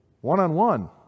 one-on-one